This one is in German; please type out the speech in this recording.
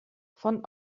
von